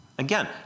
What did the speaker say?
Again